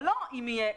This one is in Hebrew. זה לא אם יהיה,